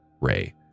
Ray